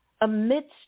amidst